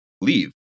leave